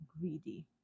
greedy